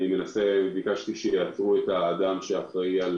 אני ביקשתי שיאתרו את האדם שאחראי על